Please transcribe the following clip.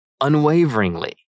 unwaveringly